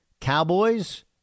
Cowboys